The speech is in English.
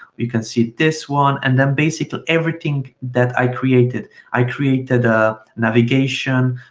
we can see this one and then basically everything that i created, i created ah navigation.